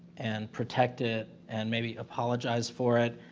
and protect it, and maybe apologize for it,